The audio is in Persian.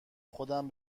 خودم